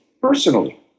personally